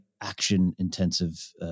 action-intensive